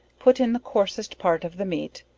put in the coarsest part of the meat,